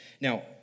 Now